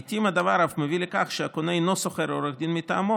לעיתים הדבר אף מביא לכך שהקונה אינו שוכר עורך דין מטעמו